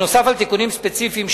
נוסף על תיקונים ספציפיים,